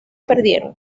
perdieron